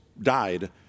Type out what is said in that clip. died